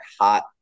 hot